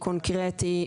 קונקרטי,